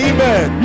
Amen